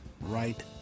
right